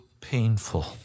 painful